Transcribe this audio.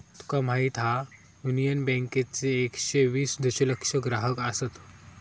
तुका माहीत हा, युनियन बँकेचे एकशे वीस दशलक्ष ग्राहक आसत